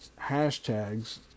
hashtags